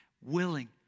willing